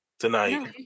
Tonight